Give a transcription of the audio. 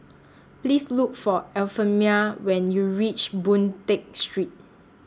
Please Look For Euphemia when YOU REACH Boon Tat Street